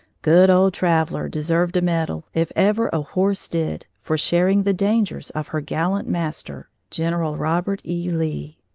good old traveller deserved a medal, if ever a horse did, for sharing the dangers of her gallant master, general robert e. lee.